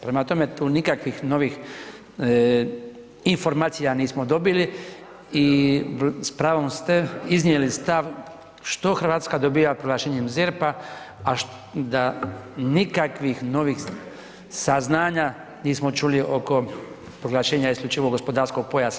Prema tome, tu nikakvih novih informacija nismo dobili i s pravom ste iznijeli stav što RH dobiva proglašenjem ZERP-a a da nikakvih novih saznanja nismo čuli oko proglašenja isključivog gospodarskog pojasa.